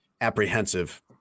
apprehensive